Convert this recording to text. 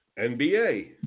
nba